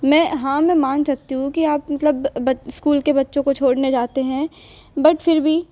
मैं हाँ मैं मान सकती हूँ कि आप मतलब स्कूल के बच्चों को छोड़ने जाते हैं बट फ़िर भी